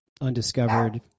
undiscovered